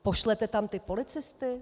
Pošlete tam ty policisty?